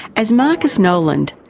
as marcus noland,